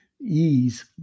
Ease